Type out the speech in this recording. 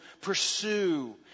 pursue